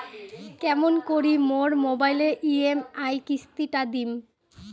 কেমন করি মোর মোবাইলের ই.এম.আই কিস্তি টা দিম?